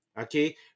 Okay